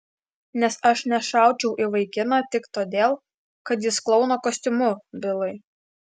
nes aš nešaučiau į vaikiną tik todėl kad jis klouno kostiumu bilai